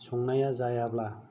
संनाया जायाब्ला